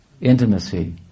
intimacy